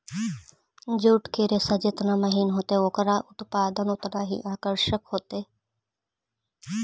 jute के रेशा जेतना महीन होतई, ओकरा उत्पाद उतनऽही आकर्षक होतई